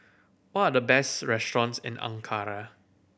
what are the best restaurants in Ankara